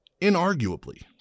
inarguably